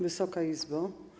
Wysoka Izbo!